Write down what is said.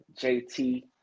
JT